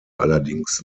allerdings